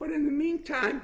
but in the meantime